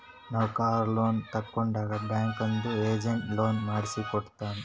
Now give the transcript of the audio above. ನಾವ್ car loan ತಗೊಂಡಾಗ್ ಬ್ಯಾಂಕ್ದು ಏಜೆಂಟ್ ಲೋನ್ ಮಾಡ್ಸಿ ಕೊಟ್ಟಾನ್